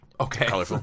Okay